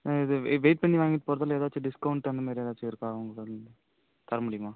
ஆ இது வெ வெயிட் பண்ணி வாங்கிகிட்டு போகறதுல எதாச்சும் டிஸ்கௌண்ட் அந்த மாதிரி எதாச்சும் இருக்கா உங்கள் தர முடியுமா